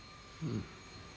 mm